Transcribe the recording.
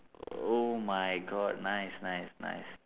oh my god nice nice nice